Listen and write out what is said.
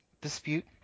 dispute